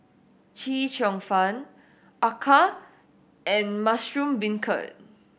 Chee Cheong Fun acar and mushroom beancurd